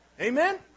Amen